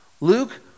Luke